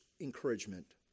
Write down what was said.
encouragement